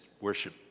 worship